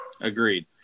agreed